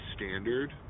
Standard